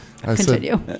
Continue